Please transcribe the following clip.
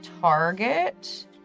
target